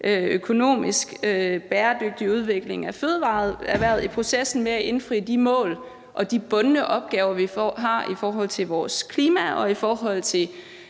økonomisk bæredygtig udvikling af fødevareerhvervet i processen med at indfri de mål og de bundne opgaver, vi har i forhold til vores klima og i forhold til